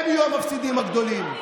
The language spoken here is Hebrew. הם יהיו המפסידים הגדולים.